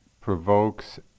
provokes